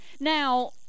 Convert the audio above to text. Now